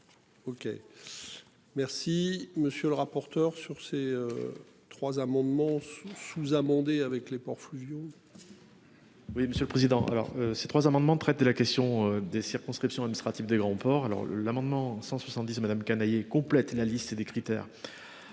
OK. Merci monsieur le rapporteur. Sur ces. Trois amendements sous sous-amendé, avec les ports fluviaux. Oui, monsieur le président. Alors ces trois amendements traite de la question des circonscriptions administratives des grands ports. Alors l'amendement 170 Canayer complètent la liste des critères.